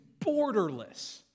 borderless